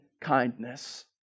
kindness